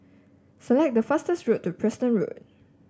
select the fastest way to Preston Road